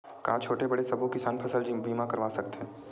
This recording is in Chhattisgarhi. का छोटे बड़े सबो किसान फसल बीमा करवा सकथे?